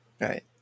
Right